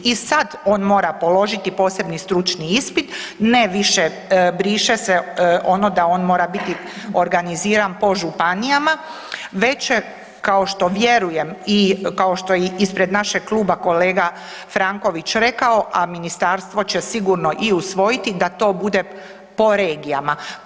I sad on mora položiti posebni stručni ispit, ne više briše se ono da on mora biti organiziran po županijama, već će kao što vjerujem i kao što je ispred našeg kluba kolega Franković rekao, a ministarstvo će sigurno i usvojiti da to bude po regijama.